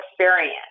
experience